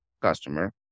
customer